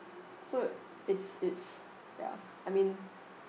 so it's it's ya I mean